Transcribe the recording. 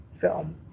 film